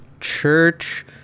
church